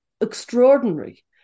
extraordinary